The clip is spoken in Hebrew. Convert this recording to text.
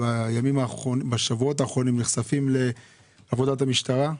בשבועות האחרונים אנו נחשפים לעבודת המשטרה.